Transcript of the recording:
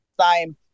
time